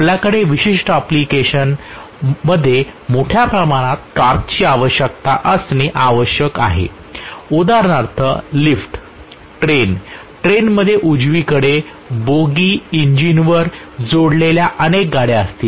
आपल्याकडे विशिष्ट अँप्लिकेशन मध्ये मोठ्या प्रमाणात टॉर्कची आवश्यकता असणे आवश्यक आहे उदाहरणार्थ लिफ्ट ट्रेन ट्रेनमध्ये उजवीकडे बोगी इंजिनवर जोडलेल्या अनेक गाड्या असतील